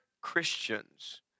Christians